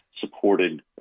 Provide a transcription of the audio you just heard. supported